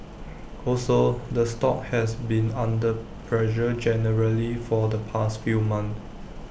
also the stock has been under pressure generally for the past few months